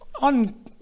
on